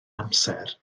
amser